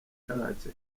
karake